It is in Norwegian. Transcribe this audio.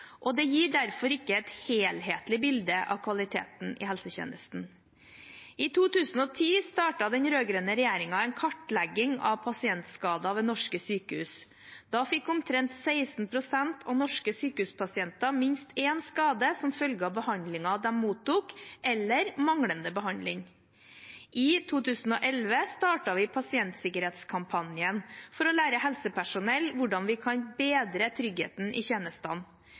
og det gir derfor ikke et helhetlig bilde av kvaliteten i helsetjenesten. I 2010 startet den rød-grønne regjeringen en kartlegging av pasientskader ved norske sykehus. Da fikk omtrent 16 pst. av norske sykehuspasienter minst én skade som følge av behandlingen de mottok, eller av manglende behandling. I 2011 startet vi pasientsikkerhetskampanjen for å lære helsepersonell hvordan vi kan bedre tryggheten i tjenestene.